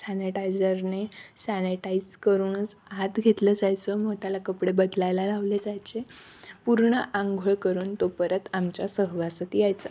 सॅनेटायजरने sanitise करूनच आत घेतलं जायचं मग त्याला कपडे बदलायला लावले जायचे पूर्ण अंघोळ करून तो परत आमच्या सहवासात यायचा